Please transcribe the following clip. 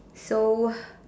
so